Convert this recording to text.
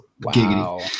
Wow